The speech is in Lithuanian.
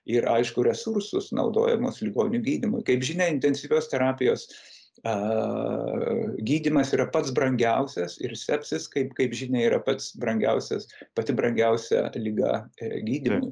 ir aišku resursus naudojamus ligonių gydymui kaip žinia intensyvios terapijos a gydymas yra pats brangiausias ir sepsis kaip kaip žinia yra pats brangiausias pati brangiausia liga ir gydymui